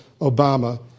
Obama